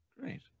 Great